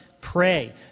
Pray